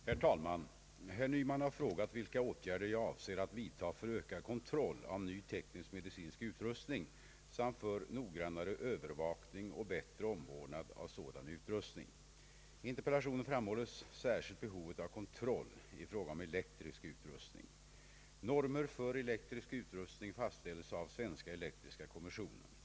Herr talman! Herr Nyman har frågat vilka åtgärder jag avser att vidta för ökad kontroll av ny teknisk-medicinsk utrustning samt för noggrannare öÖvervakning och bättre omvårdnad av sådan utrustning. I interpellationen framhålls särskilt behovet av kontroll i fråga om elektrisk utrustning. Normer för elektrisk utrustning, fastställs av Svenska elektriska kommissionen.